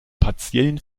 partiellen